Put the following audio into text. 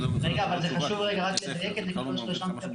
רגע, אבל זה חשוב רגע שנדייק את זה, ברשותך.